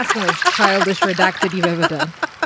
ah the most childish redacted you've ever done